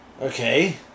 Okay